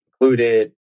included